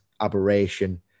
aberration